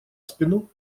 спину